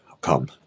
come